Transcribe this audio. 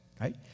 right